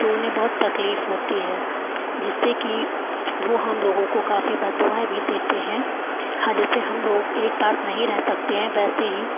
तो उन्हें बहुत तकलीफ़ होती है जिससे कि वो हम लोगों को काफ़ी बद्दुआएं भी देते हैं हर जैसे हम लोग एक पास नहीं रह सकते हैं वैसे ही